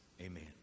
amen